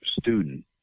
student